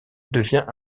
devint